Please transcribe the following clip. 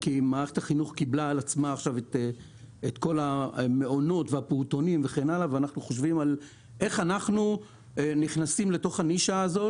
היא מתעסקת בכל הכלים שאנחנו מכנים ככלים לא שם יש לנו בעיית מימון.